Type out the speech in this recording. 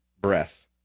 breath